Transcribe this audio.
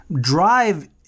drive